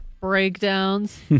breakdowns